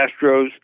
Astros